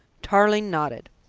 tarling nodded.